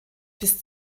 bis